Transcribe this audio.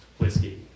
whiskey